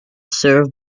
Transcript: served